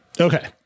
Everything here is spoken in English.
Okay